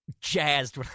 jazzed